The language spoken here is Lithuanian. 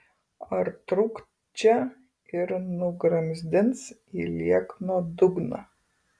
ar trukt čia ir nugramzdins į liekno dugną